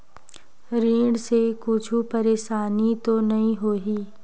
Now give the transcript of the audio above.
ऋण से कुछु परेशानी तो नहीं होही?